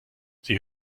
sie